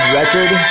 record